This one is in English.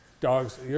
dogs